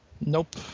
Nope